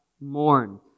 mourn